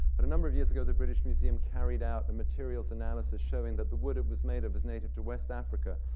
but a number of years ago, the british museum carried out a materials analysis showing that the wood it was made of was native to west africa,